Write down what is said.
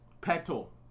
Petal